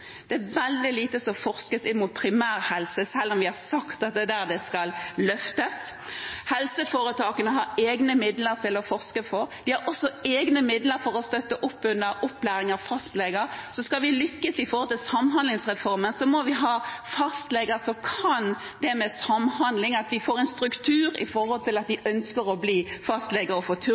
Det er veldig lite forskning rettet mot primærhelse, selv om vi har sagt at det er der det skal løftes. Helseforetakene har egne midler til å forske for. De har også egne midler til å støtte opp under opplæringen av fastleger. Skal vi lykkes med samhandlingsreformen, må vi ha fastleger som kan det med samhandling, og vi må ha en struktur som gjør at de ønsker å bli fastleger og få